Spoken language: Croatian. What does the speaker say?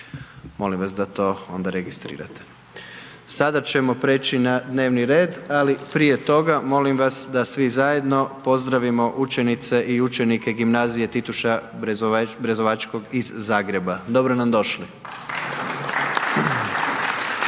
Molim vas da to onda registrirate. Sada ćemo preći na dnevni red ali prije toga molim vas da svi zajedno pozdravimo učenice i učenike gimnazije Tituša Brezovačkog iz Zagreba, dobro nam